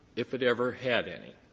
if it ever had any.